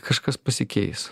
kažkas pasikeis